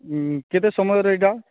ହୁଁ କେତେ ସମୟରେ ଏଇଟା